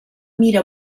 mira